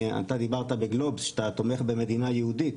אתה דיברת בגלובס שאתה תומך במדינה יהודית.